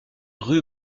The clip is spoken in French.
rue